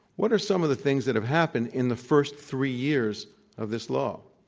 what are some of the things that have happened in the first three years of this law?